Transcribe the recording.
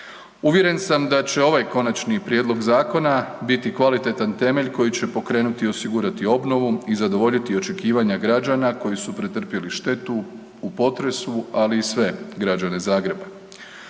Uvjeren sam da će ovaj konačni prijedlog zakona biti kvalitetan temelj koji će pokrenuti i osigurati obnovu i zadovoljiti očekivanja građana koji su pretrpjeli štetu u potresu, ali i sve građane Zagreba.